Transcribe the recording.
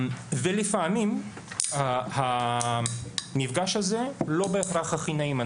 לפעמים המפגש הזה לא בהכרח הכי נעים,